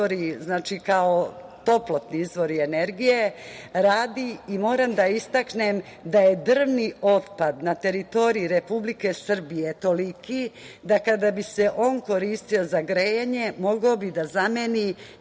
izvori, kao toplotni izvori energije radi. I moram da istaknem da je drvni otpad na teritoriji Republike Srbije toliki, da kada bi se on koristio za grejanje mogao bi da zameni